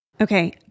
Okay